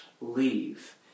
leave